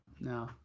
No